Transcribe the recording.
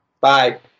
Bye